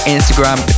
Instagram